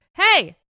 Hey